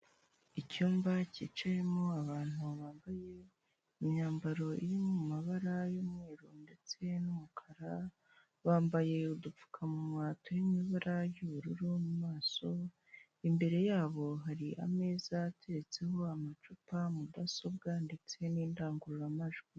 Icyumba cyicayemo abantu bambaye imyambaro iri mu mabara y'umweru ndetse n'umukara, bambaye udupfukamunwa turi mu ibara y'ubururu, mu maso imbere yabo hari ameza ateretseho amacupa mudasobwa ndetse n'indangururamajwi.